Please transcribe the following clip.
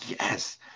yes